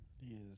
yes